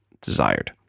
desired